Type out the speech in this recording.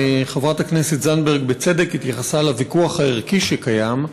חברת הכנסת זנדברג בצדק התייחסה לוויכוח הערכי שקיים,